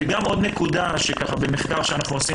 וגם עוד נקודה שעולה במחקר שאנחנו עושים